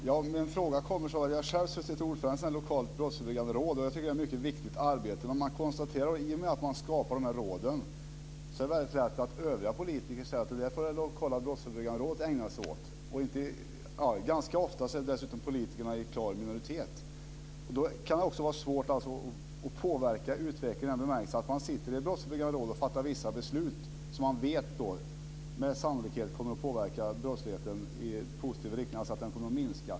Fru talman! Min fråga kommer sig av att jag själv har suttit ordförande i ett lokalt brottsförebyggande råd. Jag tycker att det är ett mycket viktigt arbete. Men i och med att man skapar de här råden är det väldigt lätt att övriga politiker bara säger att det där får det lokala brottsförebyggande rådet ägna sig åt. Ganska ofta är dessutom politikerna i klar minoritet. Då kan det också vara svårt att påverka utvecklingen i den bemärkelsen att man sitter i brottsförebyggande råd och fattar vissa beslut som man vet med sannolikhet kommer att påverka brottsligheten i positiv riktning, alltså så att den kommer att minska.